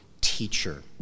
teacher